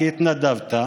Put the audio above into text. כי התנדבת.